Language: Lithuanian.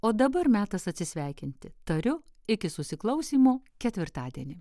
o dabar metas atsisveikinti tariu iki susiklausymo ketvirtadienį